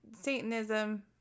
Satanism